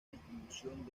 distribución